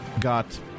got